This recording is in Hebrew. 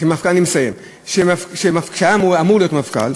אני מסיים, שהיה אמור להיות מפכ"ל,